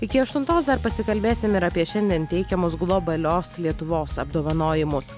iki aštuntos dar pasikalbėsim ir apie šiandien teikiamus globalios lietuvos apdovanojimus